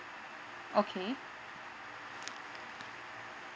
okay